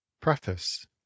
Preface